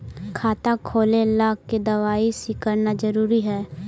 खाता खोले ला के दवाई सी करना जरूरी है?